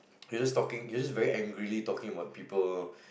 you just talking you just very angrily talking about people